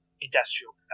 industrial